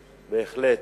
בהחלט.